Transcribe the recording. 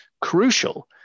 crucial